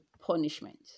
punishment